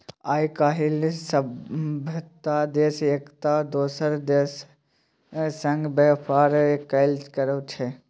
आय काल्हि सभटा देश एकटा दोसर देशक संग व्यापार कएल करैत छै